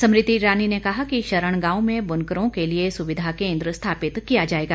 स्मृति ईरानी ने कहा कि शरण गांव में बुनकरों के लिए सुविधा केन्द्र स्थापित किया जाएगा